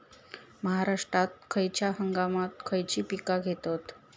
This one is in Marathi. महाराष्ट्रात खयच्या हंगामांत खयची पीका घेतत?